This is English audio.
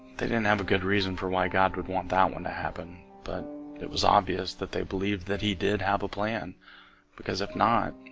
they didn't have a good reason for why god would want that one to happen? but it was obvious that they believed that he did have a plan because if not